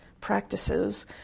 practices